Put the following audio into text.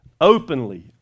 openly